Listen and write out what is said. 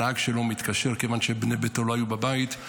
הנהג שלו, כיוון שבני ביתו לא היו בבית,